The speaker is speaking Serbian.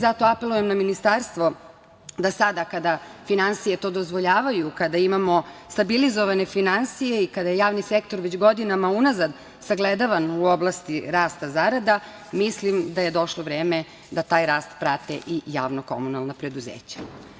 Zato i apelujem na ministarstvo da sada, kada finansije to dozvoljavaju, kada imamo stabilizovane finansije i kada je javni sektor godinama unazad sagledavan u oblasti rasta zarada, mislim da je došlo vreme da taj rast prate i javno komunalna preduzeća.